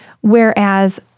whereas